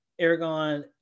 Aragorn